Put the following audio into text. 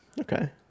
okay